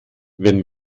wenn